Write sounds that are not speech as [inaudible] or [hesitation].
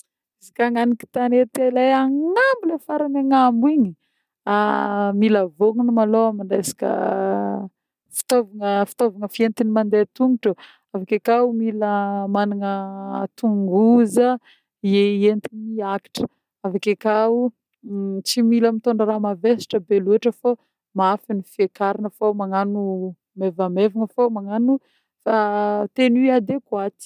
Izy koà agnaniky tanety le agnambo le farany agnambo igny, [hesitation] mila vonogny malôha amin'ny resaka fitôvagna fitôvagna fientigny mandeha tongotro, avy ake koa mila managna tongoza hientigny miakatra, avy ake koa tsy mila mitôndra raha mavesatra be loatra fô mafy ny fiakarana fô magnano mevamevagna fô magnano [hesitation] tenue adéquate.